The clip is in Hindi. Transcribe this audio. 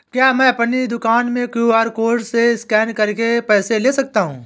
क्या मैं अपनी दुकान में क्यू.आर कोड से स्कैन करके पैसे ले सकता हूँ?